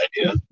idea